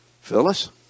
Phyllis